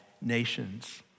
nations